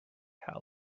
how